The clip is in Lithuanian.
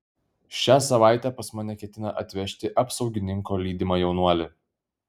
šią savaitę pas mane ketina atvežti apsaugininko lydimą jaunuolį